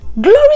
Glory